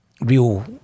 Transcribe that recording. real